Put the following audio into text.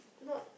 not